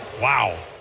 Wow